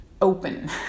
open